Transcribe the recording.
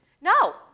No